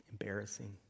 embarrassing